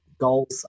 goals